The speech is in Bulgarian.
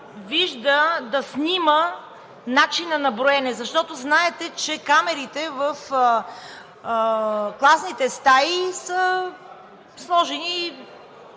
вижда, да снима начина на броене? Защото знаете, че камерите в класните стаи са сложени